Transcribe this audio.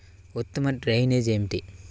ఉత్తమ డ్రైనేజ్ ఏమిటి?